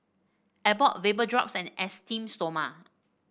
Abbott Vapodrops and Esteem Stoma